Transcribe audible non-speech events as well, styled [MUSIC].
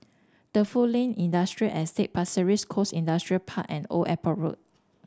Defu [UNINTELLIGIBLE] Industrial Estate Pasir Ris Coast Industrial Park and Old Airport Road